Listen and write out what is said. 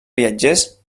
viatgers